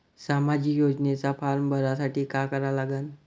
सामाजिक योजनेचा फारम भरासाठी का करा लागन?